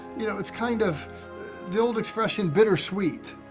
you know, it's kind of the old expression bittersweet.